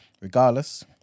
Regardless